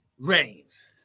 Rains